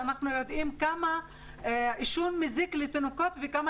כשאנחנו יודעים כמה עישון מזיק לתינוקות וכמה